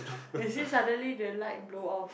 is this suddenly the light blow off